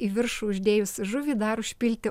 į viršų uždėjus žuvį dar užpilti